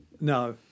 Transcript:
No